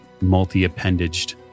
multi-appendaged